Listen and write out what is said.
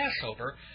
Passover